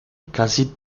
casi